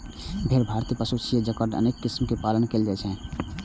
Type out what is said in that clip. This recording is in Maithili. भेड़ भारतीय पशुधन छियै, जकर अनेक किस्मक पालन कैल जाइ छै